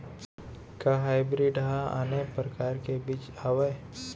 का हाइब्रिड हा आने परकार के बीज आवय?